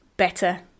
better